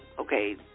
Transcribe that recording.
okay